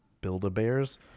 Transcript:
Build-A-Bears